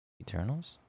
eternals